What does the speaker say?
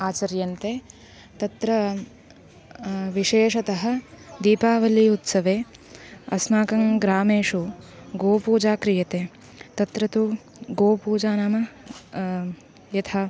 आचर्यन्ते तत्र विशेषतः दीपावली उत्सवे अस्माकं ग्रामेषु गोपूजा क्रियते तत्र तु गोपूजा नाम यथा